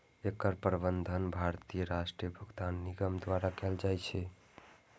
एकर प्रबंधन भारतीय राष्ट्रीय भुगतान निगम द्वारा कैल जाइ छै